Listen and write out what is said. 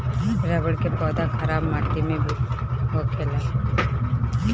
रबड़ के पौधा खराब माटी में भी होखेला